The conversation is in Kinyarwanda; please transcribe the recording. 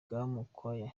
rwamukwaya